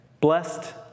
blessed